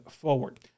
forward